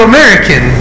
American